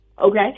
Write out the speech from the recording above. okay